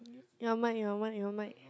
your mic your mic your mic